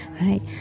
Right